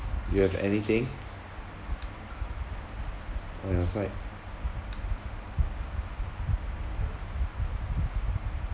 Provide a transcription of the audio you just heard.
you have anything on your side